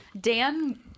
Dan